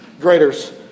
graders